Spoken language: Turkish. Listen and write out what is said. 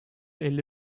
elli